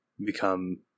become